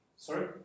Sorry